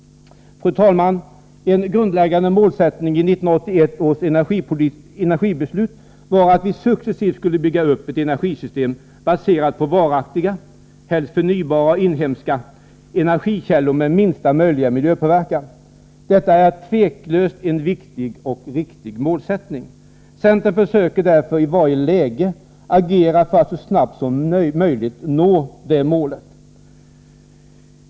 Fru talman! En grundläggande målsättning i 1981 års energibeslut var att vi successivt skulle bygga upp ett energisystem baserat på varaktiga, helst förnybara och inhemska energikällor med minsta möjliga miljöpåverkan. Detta är otvivelaktigt en viktig och riktig målsättning. Centern försöker därför att i varje läge agera för att vi så snart som möjligt skall kunna nå det målet.